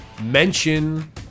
Mention